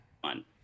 one